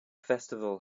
festival